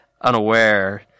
unaware